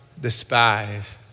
despise